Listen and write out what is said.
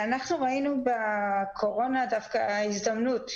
אנחנו ראינו בקורונה הזדמנות.